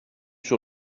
sur